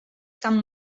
some